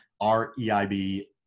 R-E-I-B